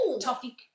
Toffee